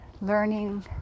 learning